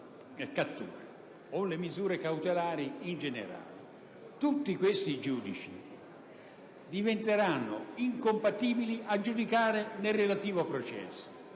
o le misure cautelari in generale. Tutti questi giudici diventeranno incompatibili a giudicare nel relativo processo;